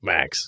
Max